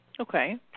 Okay